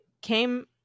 came